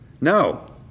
No